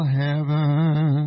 heaven